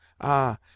Ah